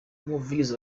umuvugizi